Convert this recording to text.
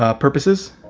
ah purposes.